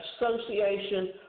Association